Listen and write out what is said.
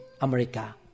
America